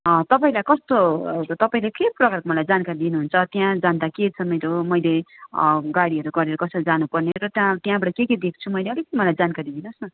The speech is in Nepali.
तपाईँलाई कस्तो तपाईँले के प्रकारको मलाई जानकारी दिनु हुन्छ त्यहाँ जाँदा के छ मेरो मैले गाडीहरू गरेर कसरी जानु पर्ने र टाँ त्यहाँबाट के के देख्छु मैले अलिक मलाई जानकारी दिनु होस् न